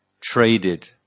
traded